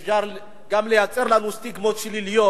אפשר גם לייצר לנו סטיגמות שליליות,